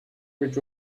which